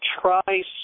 try